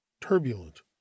turbulent